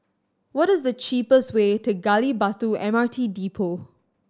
what is the cheapest way to Gali Batu M R T Depot